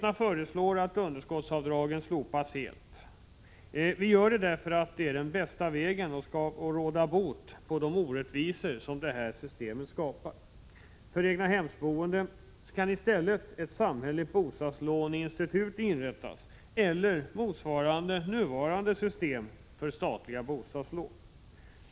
Vpk föreslår att underskottsavdragen slopas helt, därför att det är den bästa vägen att råda bot på de orättvisor som detta system skapar. För egnahemsboendet kan i stället ett samhälleligt bostadslåneinstitut inrättas eller ett system motsvarande det nuvarande för statliga bostadslån.